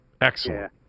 Excellent